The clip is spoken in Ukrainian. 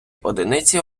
одиниці